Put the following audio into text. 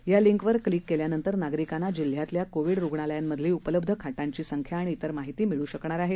या लिंकवर क्लिक केल्यानंतर नागरिकांना जिल्ह्यातल्या कोविड रुग्णालयांमधली उपलब्ध खाटांची संख्या आणि ईतर माहिती मिळू शकणार आहे